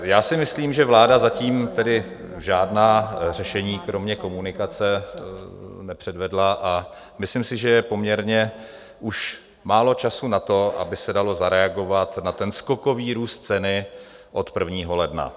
Já si myslím, že vláda zatím tedy žádná řešení kromě komunikace nepředvedla, a myslím si, že je poměrně už málo času na to, aby se dalo zareagovat na skokový růst ceny od 1. ledna.